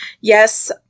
Yes